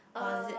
oh is it